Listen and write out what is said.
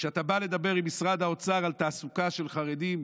כשאתה בא לדבר עם משרד האוצר על תעסוקה של חרדים,